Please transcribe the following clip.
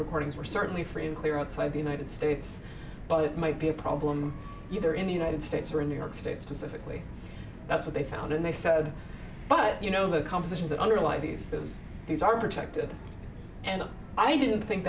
recordings were certainly free and clear outside the united states but it might be a problem either in the united states or in new york state specifically that's what they found and they said but you know the compositions that underlie these those things are protected and i didn't think